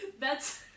That's-